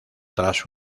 tras